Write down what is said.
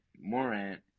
Morant